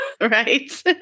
Right